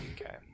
okay